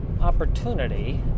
opportunity